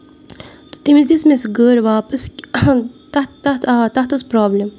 تہٕ تٔمِس دِژٕ مےٚ سۄ گٔر واپَس تتھ آ تَتھ ٲسۍ پرابلِم